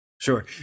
Sure